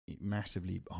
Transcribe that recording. massively